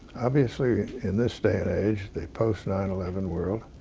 obviously, in this day and age, the post nine eleven world,